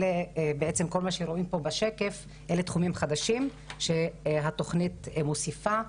כל מה שרואים פה בשקף אלה תחומים חדשים שהתוכנית מוסיפה.